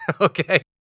okay